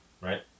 right